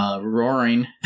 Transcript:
Roaring